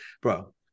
Bro